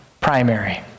primary